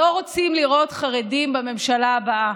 לא רוצים לראות חרדים בממשלה הבאה.